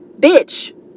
bitch